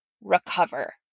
recover